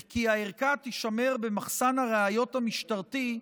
וכי הערכה תשמר במחסן הראיות המשטרתי,